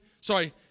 Sorry